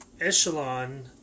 Echelon